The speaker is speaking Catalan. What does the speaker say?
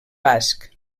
basc